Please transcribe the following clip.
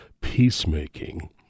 peacemaking